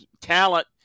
talent